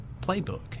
playbook